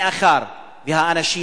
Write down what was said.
מאחר שהאנשים,